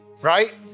Right